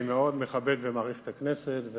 אני מאוד מכבד ומעריך את הכנסת,